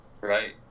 Right